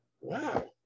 wow